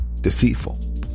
deceitful